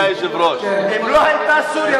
אם לא היתה סוריה,